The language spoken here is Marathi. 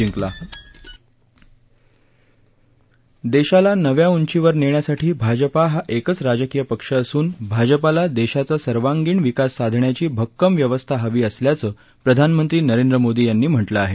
जिंकला देशाला नव्या उंचीवर नेण्यासाठी भाजपा हा एकच राजकीय पक्ष असून भाजपाला देशाचा सर्वांगीण विकास साधण्याची भक्कम व्यवस्था हवी असल्याचं प्रधानमंत्री नरेंद्र मोदी यांनी म्हटलं आहे